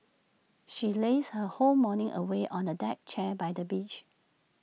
she lazed her whole morning away on A deck chair by the beach